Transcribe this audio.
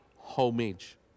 homage